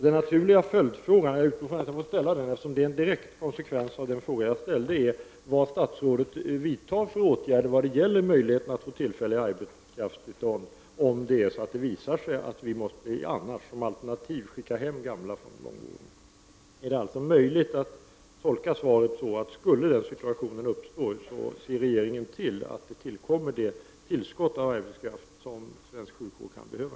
Den naturliga följdfråga som är en direkt konsekvens av den fråga som jag ställde är: Vad tänker statsrådet vidta för åtgärder för att göra det möjligt att utfärda tillfälligt arbetstillstånd, om det visar sig att alternativet är att skicka hem gamla från långvården? Kan jag tolka svaret så, att regeringen om denna situation skulle. uppstå kommer att se till att svensk sjukvård tillförs det tillskott av arbetskraft som den kan behöva?